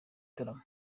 gitaramo